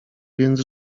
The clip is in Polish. więc